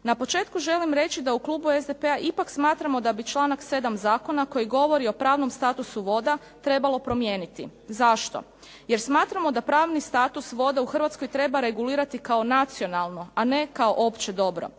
Na početku želim reći da u klubu SDP-a ipak smatramo da bi članak 7. zakona koji govori o pravnom statusu voda trebalo promijeniti. Zašto? Jer smatramo da pravni status voda u Hrvatskoj treba regulirati kao nacionalno, a ne kao opće dobro.